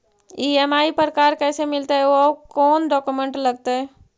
EMI पर car कैसे मिलतै औ कोन डाउकमेंट लगतै?